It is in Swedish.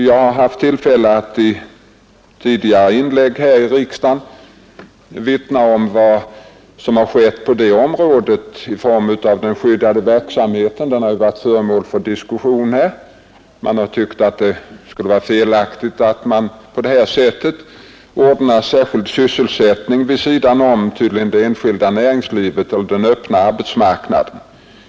Jag har haft tillfälle att i tidigare inlägg i riksdagen vittna om vad som har skett på det området i form av bl.a. den skyddade verksamheten — den har ju här varit föremål för diskussion. Man har sagt att det skulle vara felaktigt att på detta sätt ordna särskild sysselsättning vid sidan om det enskilda näringslivet och den öppna arbetsmarknaden.